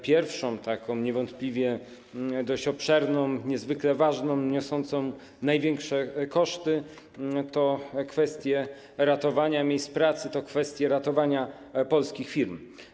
Pierwszą, niewątpliwie dość obszerną, niezwykle ważną, niosącą największe koszty, są kwestie ratowania miejsc pracy, kwestie ratowania polskich firm.